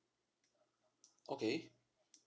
okay